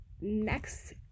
Next